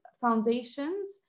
foundations